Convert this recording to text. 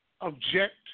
object